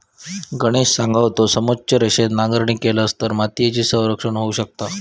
गणेश सांगा होतो, समोच्च रेषेन नांगरणी केलव तर मातीयेचा संरक्षण होऊ शकता